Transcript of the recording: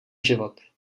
život